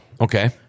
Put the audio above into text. Okay